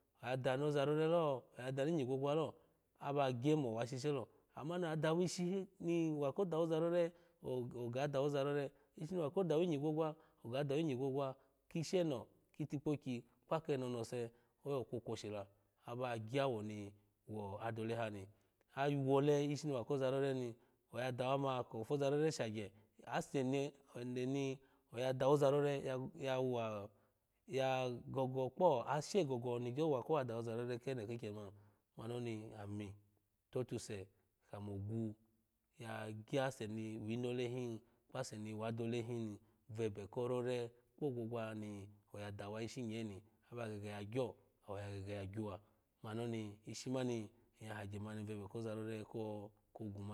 Adonoza rore lo adano inyi gwogwa lo aba gye mo owashishe lo ama na dawi ishi ni wa ko dawoza rore o ga ga dawozaore ishi ni wa ko dawi inyi gwogwa oga dawi inyi gwogwa kisheno ki itikpokyi kpa keno onose owo ku okwoshi la aba gyawo ni wo adoleha ni awole ishi ni wa koza rore ni oya dawa ma kwo foza rore shagye aseni eneni oya dawo zarore yaya wa ya gogo kpo ashe gogo ni gyo wa dawozaro re kenoki kyemani mani oni totuse kamo ogwu ya gyase ni winole hin kpa ase ni wadole hin ni vebe korere kpoogwa ni oya dawa ishi nye ni aba gege ya gyo awo ya gege ya gyuwa mani oni ishi mani ng ya hagye mani vebe koza rore ko kogwu ma.